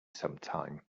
sometime